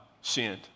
sinned